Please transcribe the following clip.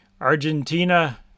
Argentina